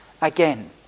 again